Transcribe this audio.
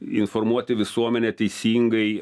informuoti visuomenę teisingai